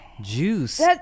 Juice